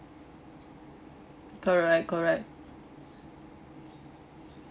correct correct